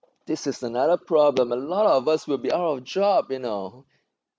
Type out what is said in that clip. this is another problem a lot of us will be out of job you know